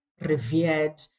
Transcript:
revered